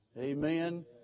Amen